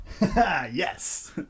Yes